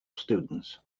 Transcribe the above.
students